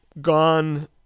gone